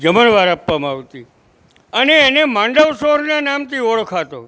જમણવાર આપવામાં આવતી અને એને માંડવસોરના નામથી ઓળખાતો